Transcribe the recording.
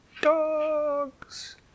dogs